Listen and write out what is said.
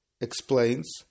explains